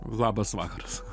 labas vakaras